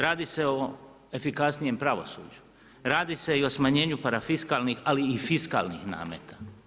Radi se o efikasnijem pravosuđu, radi se i o smanjenju parafiskalnih ali i fiskalnih nameta.